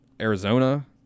Arizona